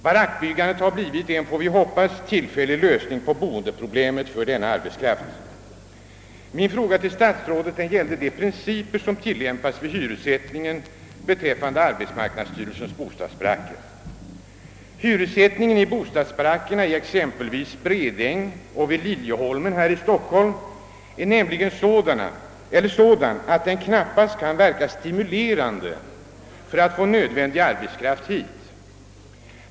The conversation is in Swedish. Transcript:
Barackbyggandet har blivit en — får vi hoppas — tillfällig lösning på boendeproblemet för denna arbetskraft. Min fråga till statsrådet gällde de principer som tillämpas vid hyressättningen beträffande arbetsmarknadsstyrelsens bostadsbaracker. Hyressättningen i bostadsbarackerna exempelvis i Bredäng och vid Liljeholmen här i Stockholm är nämligen sådan, att den knappast kan verka stimulerande när det gäller att få nödvändig arbetskraft hit.